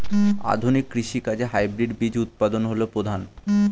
আধুনিক কৃষি কাজে হাইব্রিড বীজ উৎপাদন হল প্রধান